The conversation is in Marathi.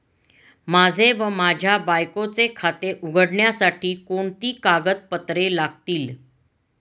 माझे व माझ्या बायकोचे खाते उघडण्यासाठी कोणती कागदपत्रे लागतील?